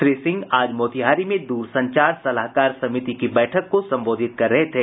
श्री सिंह आज मोतिहारी में दूरसंचार सलाहकार समिति की बैठक को संबोधित कर रहे थे